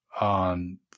on